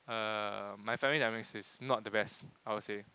uh my family dynamics is not the best I would say